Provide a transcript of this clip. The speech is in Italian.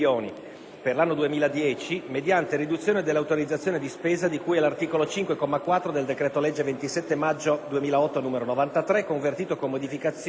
per l'anno 2010, mediante riduzione dell'autorizzazione di spesa di cui all'articolo 5, comma 4, del decreto-legge 27 maggio 2008, n. 93, convertito, con modificazioni,